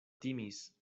timis